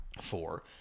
four